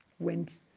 went